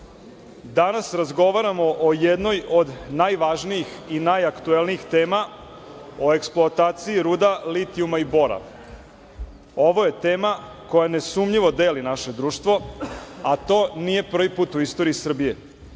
danas razgovaramo o jednoj od najvažnijih i najaktuelnijih temi, o eksploataciji ruda litijuma i bora. Ovo je tema koja nesumnjivo deli naše društvo, a to nije prvi put u istoriji Srbije.